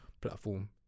platform